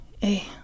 hey